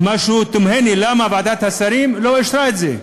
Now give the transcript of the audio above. תמהני למה ועדת השרים לא אישרה את זה.